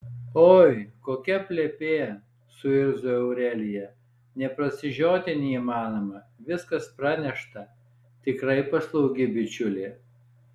oi kokia plepė suirzo aurelija nė prasižioti neįmanoma viskas pranešta tikrai paslaugi bičiulė